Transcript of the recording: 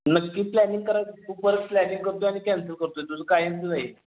नक्की प्लॅनिंग करा तू परत प्लॅनिंग करतो आणि कॅन्सल करतो आहे तुझं कायमचंच हाय हे